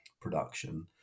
production